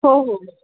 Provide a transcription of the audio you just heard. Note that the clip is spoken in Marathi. हो हो